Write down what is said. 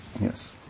yes